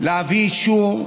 להביא אישור,